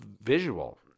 visual